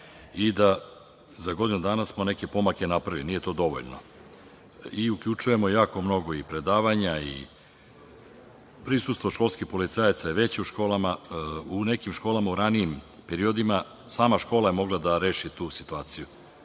i da za godinu dana smo neke pomake napravili. Nije to dovoljno i uključujemo jako mnogo i predavanja. Prisustvo školskih policajaca je veće u školama. U nekim školama u ranijim periodima sama škola je mogla da reši tu situaciju